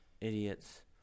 Idiots